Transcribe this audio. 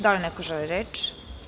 Da li neko želi reč?